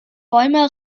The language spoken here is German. bäume